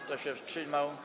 Kto się wstrzymał?